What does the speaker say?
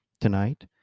tonight